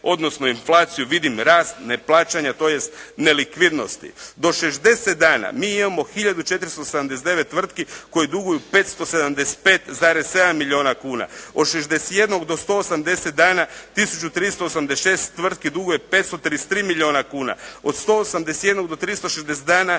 odnosno inflaciju vidim rast ne plaćanja, tj. nelikvidnosti. Do 60 dana mi imamo tisuću 479 tvrtki koje duguju 575,7 milijuna kuna. Od 61 do 180 dana tisuću 386 tvrtki duguje 533 milijuna kuna. Od 181 do 360 dana